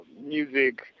music